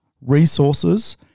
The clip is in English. resources